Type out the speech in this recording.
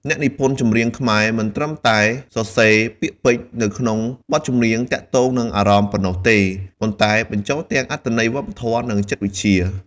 អ្នកនិពន្ធចម្រៀងខ្មែរមិនត្រឹមតែសរសេរ ពាក្យពេចន៍នៅក្នងបទចម្រៀងទាក់ទងនឹងអារម្មណ៍ ប៉ុណ្ណោះទេ ប៉ុន្តែ បញ្ចូលទាំងអត្ថន័យវប្បធម៌ និងចិត្តវិជ្ជា។